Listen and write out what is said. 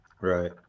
Right